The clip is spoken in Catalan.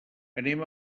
anem